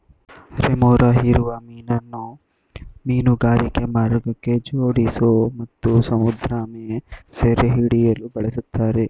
remora ಹೀರುವ ಮೀನನ್ನು ಮೀನುಗಾರಿಕಾ ಮಾರ್ಗಕ್ಕೆ ಜೋಡಿಸೋ ಮತ್ತು ಸಮುದ್ರಆಮೆ ಸೆರೆಹಿಡಿಯಲು ಬಳುಸ್ತಾರೆ